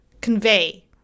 convey